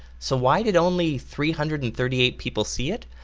so why did only three hundred and thirty eight people see it?